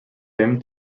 him